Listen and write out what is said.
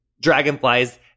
dragonflies